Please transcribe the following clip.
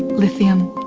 lithium,